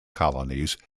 colonies